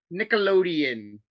nickelodeon